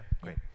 great